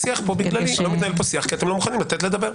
הכול בסדר, אתם לא חייבים לתת לי לדבר.